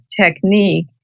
technique